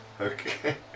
Okay